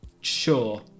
Sure